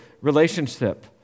relationship